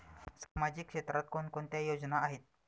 सामाजिक क्षेत्रात कोणकोणत्या योजना आहेत?